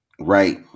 Right